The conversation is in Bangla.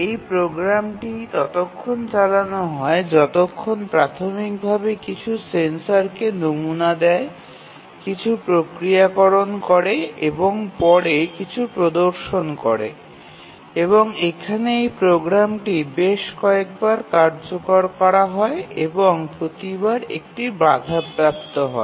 এই প্রোগ্রামটি ততক্ষণ চালানো হয় যতক্ষণ প্রাথমিকভাবে কিছু সেন্সরকে নমুনা দেয় কিছু প্রক্রিয়াকরণ করে এবং পরে কিছু প্রদর্শন করে এবং এখানে এই প্রোগ্রামটি বেশ কয়েকবার কার্যকর করা হয় এবং প্রতিবার একটি বাধাপ্রাপ্ত হয়